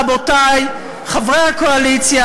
רבותי חברי הקואליציה,